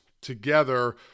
together